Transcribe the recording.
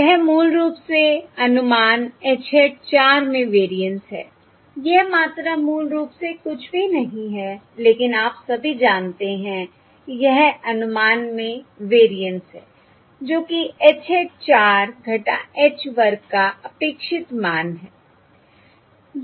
यह मूल रूप से अनुमान H hat 4 में वेरिएंस है यह मात्रा मूल रूप से कुछ भी नहीं है लेकिन आप सभी जानते हैं यह अनुमान में वेरिएंस है जो कि H hat 4 h वर्ग का अपेक्षित मान है